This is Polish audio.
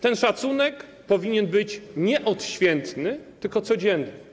Ten szacunek powinien być nie odświętny, tylko codzienny.